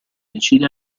decide